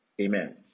Amen